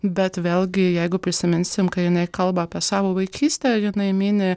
bet vėlgi jeigu prisiminsim ką jinai kalba apie savo vaikystę jinai mini